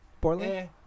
Portland